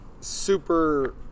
super